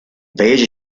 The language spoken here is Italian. paese